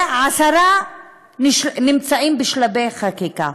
ו-10 נמצאים בשלבי חקיקה.